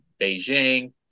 Beijing